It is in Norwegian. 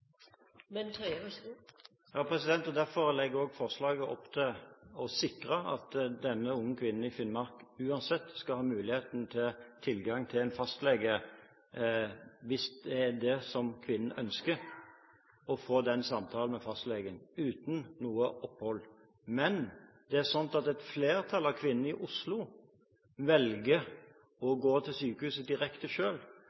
Derfor legger også forslaget opp til å sikre at denne unge kvinnen i Finnmark uansett skal ha muligheten til tilgang til en fastlege, hvis det er det kvinnen ønsker, og få den samtalen med fastlegen, uten noe opphold. Men det er sånn at et flertall av kvinnene i Oslo velger å